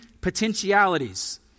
potentialities